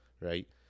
right